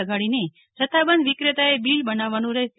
લગાડીને જથ્થાબંધ વિકેતાએ બિલ અંકારવાનું રહેશે